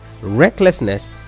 Recklessness